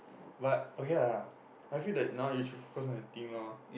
but okay lah I feel that now you just focus on your thing lor